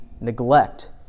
neglect